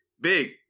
Big